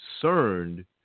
concerned